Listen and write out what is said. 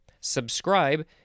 Subscribe